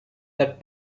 that